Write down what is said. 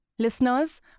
Listeners